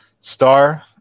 star